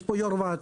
יש פה יו"ר מחיפה.